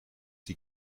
the